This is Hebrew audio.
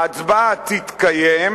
ההצבעה תתקיים,